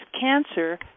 cancer